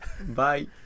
Bye